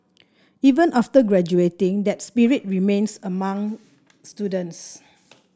even after graduating that spirit remains among students